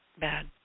bad